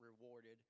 rewarded